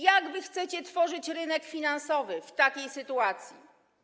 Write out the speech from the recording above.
Jak wy chcecie tworzyć rynek finansowy w takiej sytuacji?